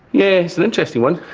yeah it's an interesting one.